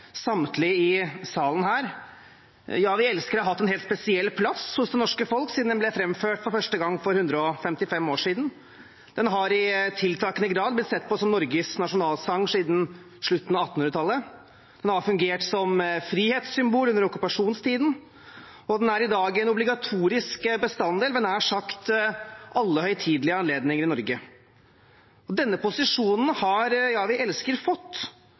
samtlige i salen her. «Ja, vi elsker dette landet» har hatt en helt spesiell plass hos det norske folk siden den ble framført for første gang for 155 år siden. Den har i tiltakende grad blitt sett på som Norges nasjonalsang siden slutten av 1800-tallet. Den har fungert som frihetssymbol under okkupasjonstiden, og den er i dag en obligatorisk bestanddel ved nær sagt alle høytidelige anledninger i Norge. Denne posisjonen har «Ja, vi elsker» fått